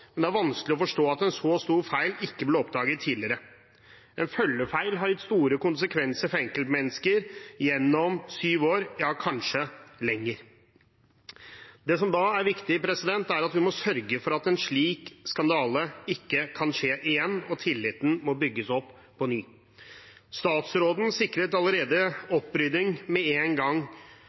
men det er vanskelig å forstå at en så stor feil ikke ble oppdaget tidligere. En følgefeil har gitt store konsekvenser for enkeltmennesker gjennom syv år, kanskje lenger. Det som er viktig, er at vi må sørge for at en slik skandale ikke kan skje igjen. Tilliten må bygges opp på ny. Statsråden sikret opprydning allerede med en gang.